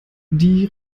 die